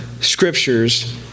scriptures